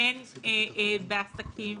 הן בעסקים,